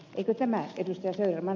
eikö tämä ed